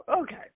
okay